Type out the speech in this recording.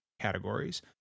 categories